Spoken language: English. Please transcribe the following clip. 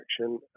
action